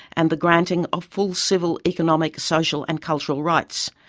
and the granting of full civil, economic, social and cultural rights.